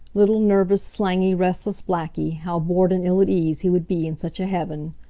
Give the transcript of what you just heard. little, nervous, slangy, restless blackie, how bored and ill at ease he would be in such a heaven!